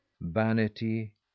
vanity